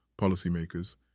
policymakers